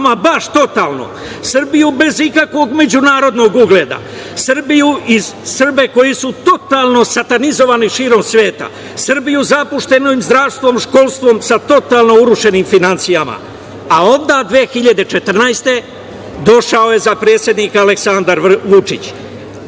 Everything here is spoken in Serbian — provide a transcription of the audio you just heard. baš totalno. Srbiju bez ikakvog međunarodnog ugleda. Srbiju i Srbe koji su totalno satanizovali širom sveta. Srbiju sa zapuštenim zdravstvom, školstvom, sa totalnim urušenim finansijama, a onda 2014. godine došao je za predsednika Aleksandar